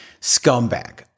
scumbag